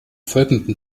folgenden